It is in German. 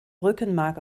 rückenmark